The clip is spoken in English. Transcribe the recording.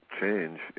change